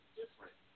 different